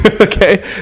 Okay